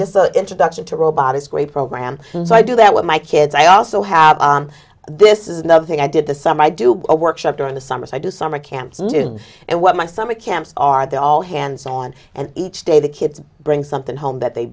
just the introduction to robot is a great program so i do that with my kids i also have this is another thing i did the summer i do a workshop during the summer so i do summer camps in june and what my summer camps are they're all hands on and each day the kids bring something home that they